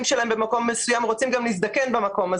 שלהם במקום מסוים רוצים גם להזדקן באותו מקום.